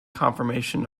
conformation